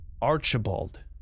Archibald